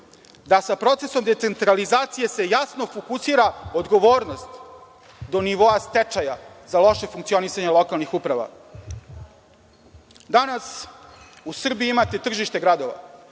da sa procesom decentralizacije se jasno fokusira odgovornost do nivoa stečaja za loše funkcionisanje lokalnih uprava. Danas u Srbiji imate tržište gradova.